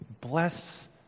Bless